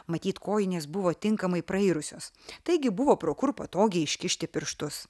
matyt kojinės buvo tinkamai prairusios taigi buvo pro kur patogiai iškišti pirštus